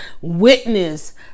witness